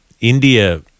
India